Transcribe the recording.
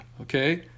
okay